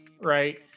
right